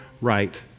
right